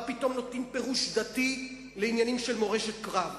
מה פתאום נותנים פירוש דתי לעניינים של מורשת קרב?